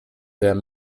them